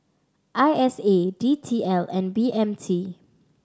I S A D T L and B M T